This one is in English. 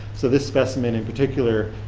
so this specimen in particular,